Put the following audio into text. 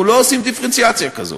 אנחנו לא עושים דיפרנציאציה כזאת.